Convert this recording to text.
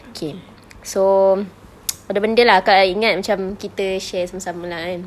okay so ada benda lah akak ingat macam kita share sama-sama lah kan